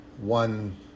One